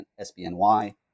SBNY